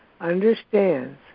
understands